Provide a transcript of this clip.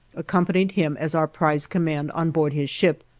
accompanied him as our prize command on board his ship,